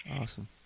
Awesome